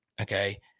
Okay